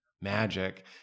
Magic